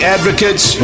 Advocates